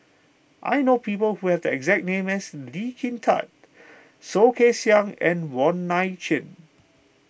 I know people who have the exact name as Lee Kin Tat Soh Kay Siang and Wong Nai Chin